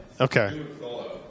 Okay